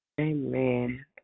Amen